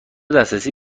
دسترسی